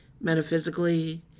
metaphysically